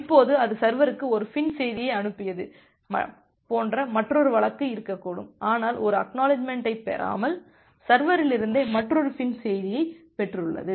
இப்போது அது சர்வருக்கு ஒரு FIN செய்தியை அனுப்பியது போன்ற மற்றொரு வழக்கு இருக்கக்கூடும் ஆனால் ஒரு ACK ஐப் பெறாமல் சர்வலிருந்தே மற்றொரு FIN செய்தியைப் பெற்றுள்ளது